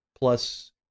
plus